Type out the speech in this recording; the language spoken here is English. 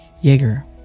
Jaeger